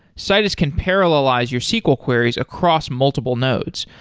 citus can parallelize your sql queries across multiple nodes,